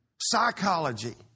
psychology